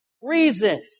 Reason